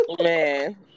man